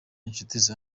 inshuti